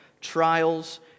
trials